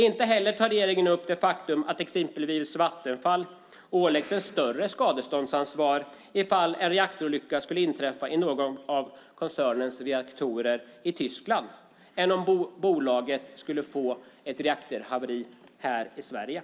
Inte heller tar regeringen upp det faktum att exempelvis Vattenfall åläggs ett större skadeståndsansvar ifall en reaktorolycka i någon av koncernens reaktorer i Tyskland än om bolaget skulle få ett reaktorhaveri här i Sverige.